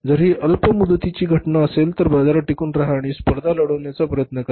जर ही अल्प मुदतीची घटना असेल तर बाजारात टिकून राहा आणि स्पर्धा लढवण्याचा प्रयत्न करा